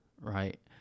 Right